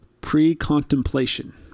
pre-contemplation